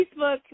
Facebook